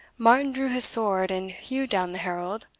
martin drew his sword and hewed down the herald,